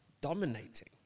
dominating